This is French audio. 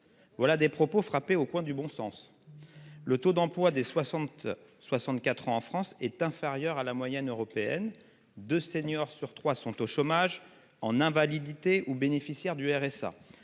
Voilà des propos frappée au coin du bon sens. Le taux d'emploi des 60 64 ans en France est inférieur à la moyenne européenne de senior sur trois sont au chômage en invalidité ou bénéficiaires du RSA